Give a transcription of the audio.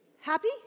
Happy